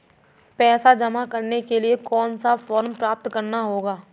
पैसा जमा करने के लिए कौन सा फॉर्म प्राप्त करना होगा?